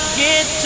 get